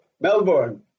Melbourne